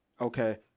okay